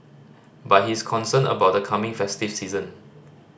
but he is concerned about the coming festive season